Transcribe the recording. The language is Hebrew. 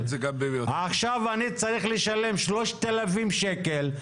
עכשיו אני צריך לשלם 3,000 שקל',